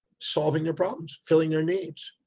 solving their problems, filling their needs,